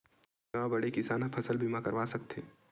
का बड़े किसान ह फसल बीमा करवा सकथे?